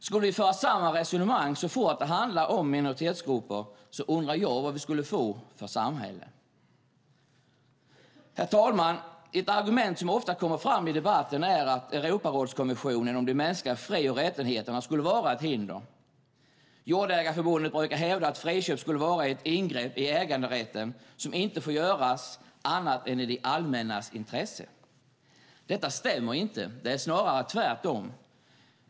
Skulle vi föra samma resonemang så fort det handlar om minoritetsgrupper undrar jag vad vi skulle få för samhälle. Herr talman! Ett argument som ofta kommer fram i debatten är att Europarådskonventionen om de mänskliga fri och rättigheterna skulle vara ett hinder. Jordägareförbundet brukar hävda att friköp skulle vara ett ingrepp i äganderätten, vilket inte får göras annat än i det allmännas intresse. Detta stämmer inte - det är snarare tvärtom.